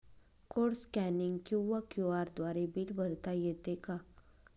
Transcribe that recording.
Code scanning किंवा QR द्वारे bill भरता येते का?